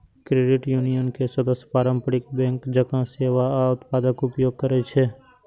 credit union के सदस्य पारंपरिक बैंक जकां सेवा आ उत्पादक उपयोग करै छै